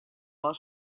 while